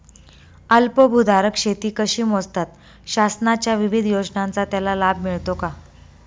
अल्पभूधारक शेती कशी मोजतात? शासनाच्या विविध योजनांचा त्याला लाभ मिळतो का?